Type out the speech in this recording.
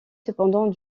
cependant